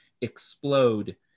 explode